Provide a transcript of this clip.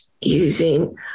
using